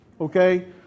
okay